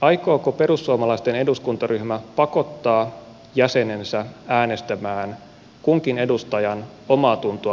aikooko perussuomalaisten eduskuntaryhmä pakottaa jäsenensä äänestämään kunkin edustajan omaatuntoa vastaan